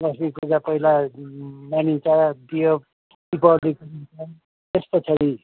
लक्ष्मी पूजा पहिला मानिन्छ दियो त्यसपछाडि